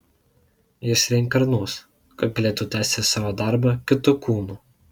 jis reinkarnuos kad galėtų tęsti savo darbą kitu kūnu